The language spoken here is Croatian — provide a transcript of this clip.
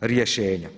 rješenja.